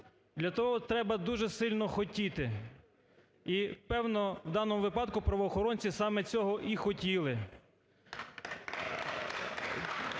для того треба дуже сильно хотіти. І певно в даному випадку правоохоронці саме цього і хотіли.